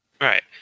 Right